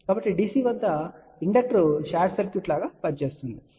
కాబట్టి DC వద్ద inductor short circuit వలె పనిచేస్తుంది